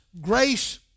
grace